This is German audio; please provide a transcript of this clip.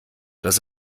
dass